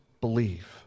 believe